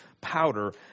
powder